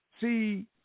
See